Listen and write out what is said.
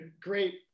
great